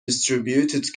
distributed